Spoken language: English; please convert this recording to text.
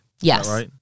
Yes